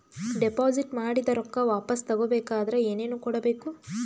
Deposit ಮಾಡಿದ ರೊಕ್ಕ ವಾಪಸ್ ತಗೊಬೇಕಾದ್ರ ಏನೇನು ಕೊಡಬೇಕು?